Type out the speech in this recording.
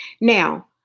Now